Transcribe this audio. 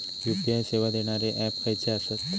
UPI सेवा देणारे app खयचे आसत?